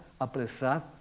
apressar